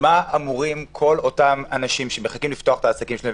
מה אמורים כל האנשים שמחכים לפתוח את העסקים שלהם,